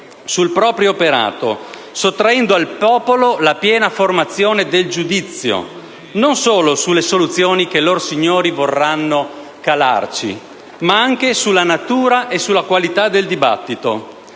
sul proprio operato, sottraendo al popolo la piena formazione del giudizio non solo sulle soluzioni che lor signori vorranno calarci, ma anche sulla natura e sulla qualità del dibattito.